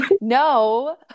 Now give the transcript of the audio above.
no